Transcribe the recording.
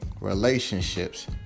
relationships